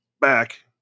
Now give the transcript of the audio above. back